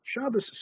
Shabbos